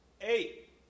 Eight